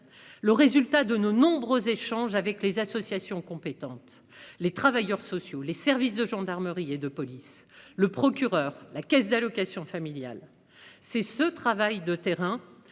résultat de nos nombreux échanges avec les associations compétentes, les travailleurs sociaux, les services de gendarmerie et de police, le procureur et la caisse d'allocations familiales. Ce travail de terrain